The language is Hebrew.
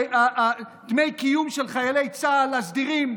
דמי הקיום של חיילי צה"ל הסדירים,